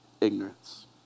ignorance